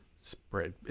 spread